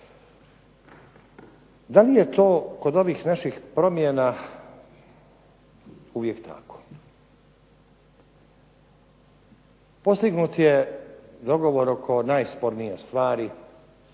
Da li je to kod ovih naših promjena uvijek tako? Postignut je dogovor oko najspornije stvari.